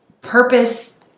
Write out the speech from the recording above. purpose